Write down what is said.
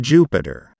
Jupiter